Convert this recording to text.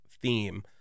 theme